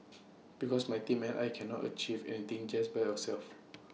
because my team and I cannot achieve anything just by ourselves